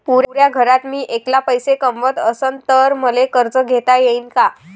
पुऱ्या घरात मी ऐकला पैसे कमवत असन तर मले कर्ज घेता येईन का?